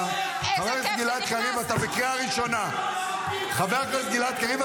בזכותה לא היה חמץ